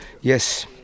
yes